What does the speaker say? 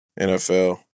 NFL